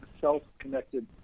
self-connected